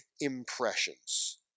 impressions